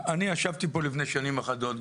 אני ישבתי פה לפני שנים אחדות,